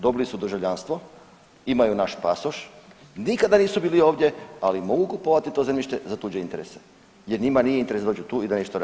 Dobili su državljanstvo, imaju naš pasoš, nikada nisu bili ovdje, ali mogu kupovati to zemljište za tuđe interese jer njima nije interes da dođu tu i da nešto rade.